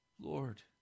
Lord